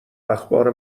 اخبار